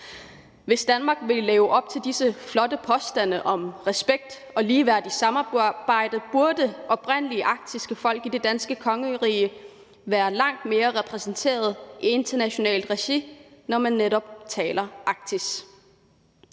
Hvis Danmark vil leve op til disse flotte påstande om respekt og ligeværdigt samarbejde, burde oprindelige arktiske folk i det danske kongerige være langt mere repræsenteret i internationalt regi, når man netop taler Arktis.